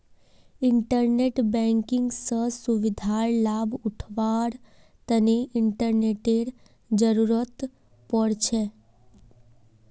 internet banking स सुविधार लाभ उठावार तना इंटरनेटेर जरुरत पोर छे